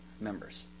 members